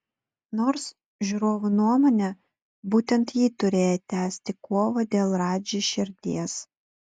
nors žiūrovų nuomone būtent ji turėjo tęsti kovą dėl radži širdies